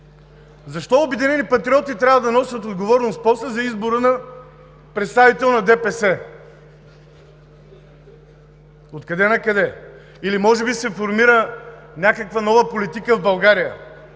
Защо „Обединени патриоти“ трябва да носят отговорност после за избора на представител на ДПС? Откъде накъде или може би се формира някаква нова политика в България,